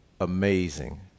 amazing